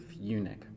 eunuch